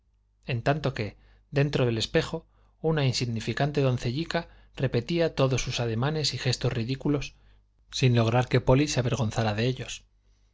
en tanto que dentro del espejo una insignificante doncellica repetía todos sus ademanes y gestos ridículos sin lograr que polly se avergonzara de ellos